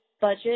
budget